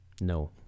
no